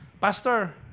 Pastor